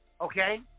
Okay